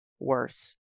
worse